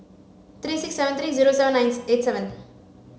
three six seven three zero seven eight seven